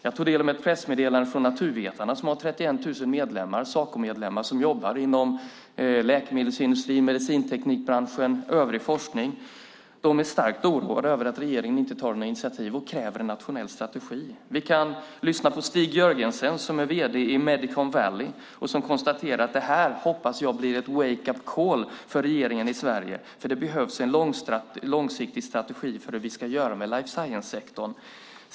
Jag tog del av ett pressmeddelande från Naturvetarna med 31 000 Sacomedlemmar som jobbar inom läkemedelsindustrin, medicinteknikbranschen och övrig forskning. De är starkt oroade över att regeringen inte tar några initiativ och kräver en nationell strategi. Stig Jørgensen, vd för Medicon Valley, har sagt att han hoppas att detta blir en wake-up call för regeringen i Sverige, för det behövs en långsiktig strategi för hur vi ska göra med life science-sektorn.